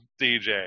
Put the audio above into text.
DJ